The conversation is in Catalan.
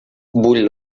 bull